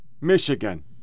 Michigan